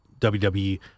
WWE